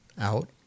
out